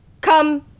Come